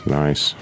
nice